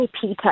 Peter